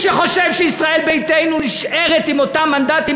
מי שחושב שישראל ביתנו נשארת עם אותם מנדטים,